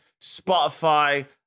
Spotify